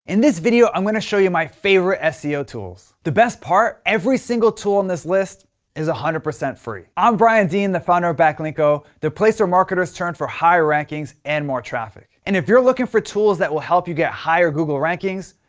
in this video, i'm gonna show you my favorite seo tools. the best part, every single tool in this list is one hundred percent free. i'm brian dean, the founder of backlinko, the place where marketers turn for high rankings and more traffic. and if you're looking for tools that will help you get higher google rankings,